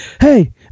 Hey